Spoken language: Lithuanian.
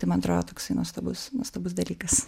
tai man atrodo toksai nuostabus nuostabus dalykas